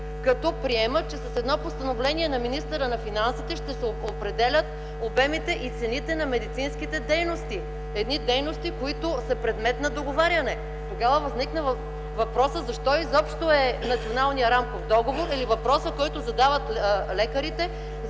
като приемат, че с едно постановление на министъра на финансите ще се определят обемите и цените на медицинските дейности – дейности, които са предмет на договаряне. Тогава възникна въпросът: защо изобщо е Националният рамков договор? Или въпросът, който задават лекарите: